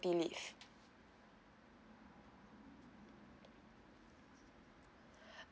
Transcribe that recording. maternity leave